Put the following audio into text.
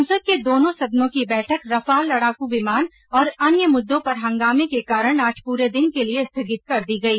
संसद के दोनों सदनों की बैठक रफाल लड़ाकू विमान और अन्य मुद्दों पर हंगामे के कारण आज पूरे दिन के लिए स्थगित कर दी गई